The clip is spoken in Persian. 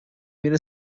میره